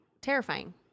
terrifying